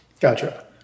Gotcha